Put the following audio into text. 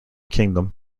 kingdom